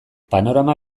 panorama